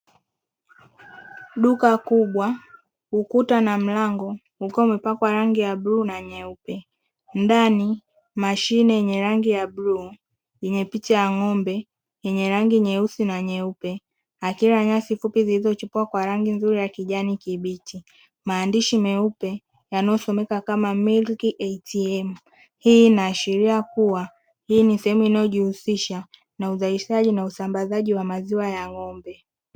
Duka kubwa ukuta na mlango ukiwa umepakwa rangi ya bluu na nyeupe ndani mashine yenye rangi ya bluu yenye picha ya ng'ombe yenye rangi nyeusi na nyeupe, akila nyasi fupi zilizochipua kwa rangi nzuri ya kijani kibichi, maandishi meupe yanayosomeka kama "Milk ATM" hii inaashiria kuwa hii ni sehemu inayojihusisha na uzalishaji na usambazaji wa maziwa ya ng'ombe.